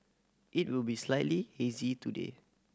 it will be slightly hazy today